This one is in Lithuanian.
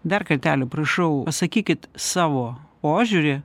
dar kartelį prašau pasakykit savo požiūrį